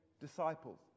disciples